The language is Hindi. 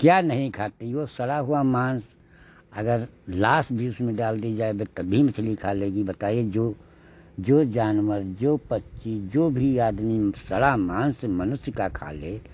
क्या नहीं खाती वह सड़ा हुआ माँस अगर लाश भी उसमें डाल दी जाए बे तब भी मछली खा लेगी बताए जो जो जानवर जो पक्षी जो भी आदमी सड़ा माँस मनुष्य का खा ले